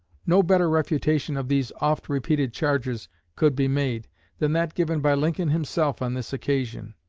no better refutation of these oft-repeated charges could be made than that given by lincoln himself on this occasion.